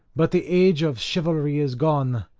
but the age of chivalry is gone,